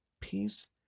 peace